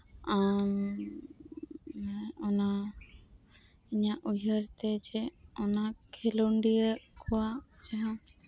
ᱟᱢ ᱚᱱᱟ ᱤᱧᱟᱹᱜ ᱩᱭᱦᱟᱺᱨ ᱛᱮ ᱡᱮ ᱚᱱᱟ ᱠᱷᱮᱞᱳᱰᱤᱭᱟᱹ ᱠᱚᱣᱟᱜ ᱡᱟᱦᱟᱸ